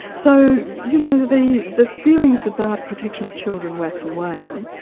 so you know the the feelings about protection of children wax and wane,